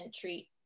treat